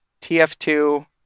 TF2